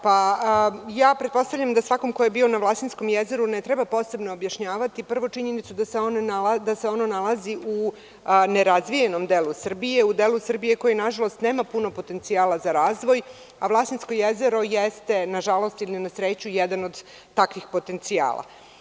Pretpostavljam da svakom ko je bio na Vlasinskom jezeru ne treba posebno objašnjavati, prvo činjenicu da se ono nalazi u nerazvijenom delu Srbije, u delu Srbije koji nažalost nema puno potencijala za razvoj, a Vlasinsko jezero jeste, nažalost ili na sreću, jedan od takvih potencijala.